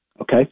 Okay